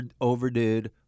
overdid